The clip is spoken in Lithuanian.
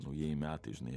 naujieji metai žinai